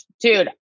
dude